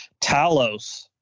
Talos